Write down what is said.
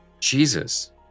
Jesus